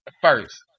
first